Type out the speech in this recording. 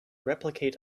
replicate